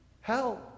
hell